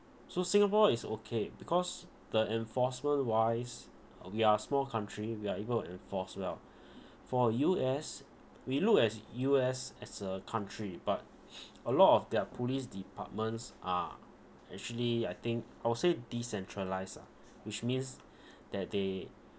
so singapore is okay because the enforcement wise uh we are small country we are able to enforce well for U_S we look at U_S as a country but a lot of their police departments are actually I think I would say decentralised ah which means that they